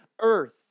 earth